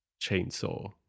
Chainsaw